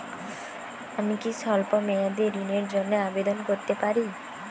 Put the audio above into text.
আমি কি স্বল্প মেয়াদি ঋণের জন্যে আবেদন করতে পারি?